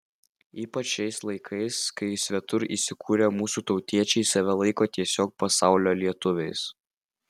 ypač šiais laikais kai svetur įsikūrę mūsų tautiečiai save laiko tiesiog pasaulio lietuviais